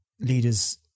leaders